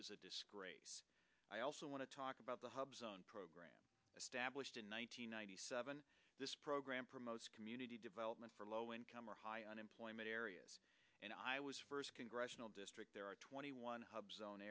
is a disgrace i also want to talk about the hubs own program established in one nine hundred ninety seven this program promotes community development for low income or high unemployment areas and i was first congressional district there are twenty one hub zone